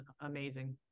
amazing